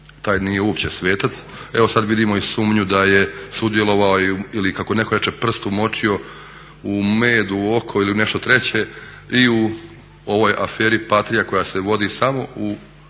Taj nije uopće svetac, evo sad vidimo i sumnju da je sudjelovao ili kako neko reče prst umočio u med, u oko ili nešto treće i u ovoj aferi Patrija koja se vodi samo u